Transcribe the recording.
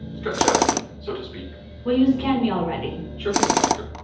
stretch out again, so to speak will you scan me, already? sure thing, doctor.